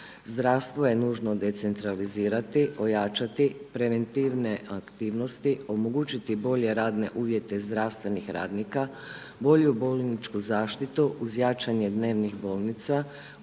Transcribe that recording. Zdravstvo je nužno decentralizirati, ojačati, preventivne aktivnosti, omogućiti bolje radne uvjete zdravstvenih radnika, bolju bolničku zaštitu uz jačanje dnevnih bolnica,